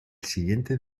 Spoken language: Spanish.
siguiente